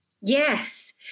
Yes